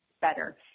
better